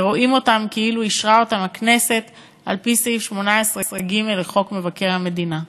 ורואים אותם כאילו אישרה אותם הכנסת על-פי סעיף 18(ג) לחוק מבקר המדינה.